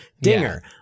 Dinger